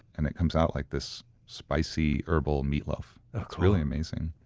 and it comes out like this spicy herbal meatloaf. it's really amazing